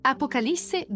Apocalisse